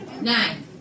Nine